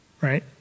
Right